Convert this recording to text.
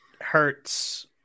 hurts